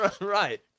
right